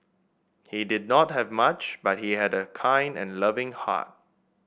he did not have much but he had a kind and loving heart